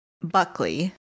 Buckley